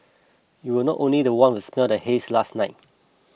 you were not only the one who's not the haze last night